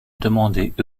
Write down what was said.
demandaient